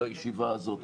על הישיבה הזאת.